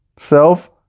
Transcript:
self